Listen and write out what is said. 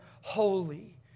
holy